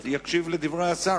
חברי חברי הכנסת,